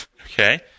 Okay